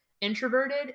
introverted